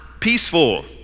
peaceful